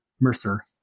Mercer